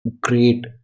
great